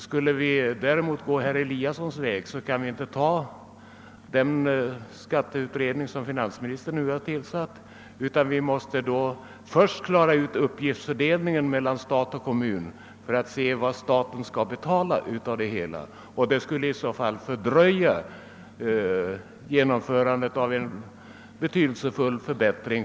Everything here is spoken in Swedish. Skulle vi däremot gå herr Eliassons väg, kan vi inte godta den skatteutredning som finansministern nu har tillsatt, utan då måste vi först klara ut uppgiftsfördelningen mellan stat och kommun för att se vilka uppgifter staten skall betala för. I så fall fördröjs genomförandet av en för kommunerna betydelsefull förbättring.